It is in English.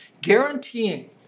guaranteeing